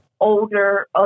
older